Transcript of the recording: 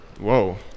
Whoa